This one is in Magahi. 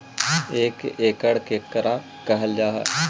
एक एकड़ केकरा कहल जा हइ?